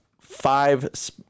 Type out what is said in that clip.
five